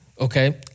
Okay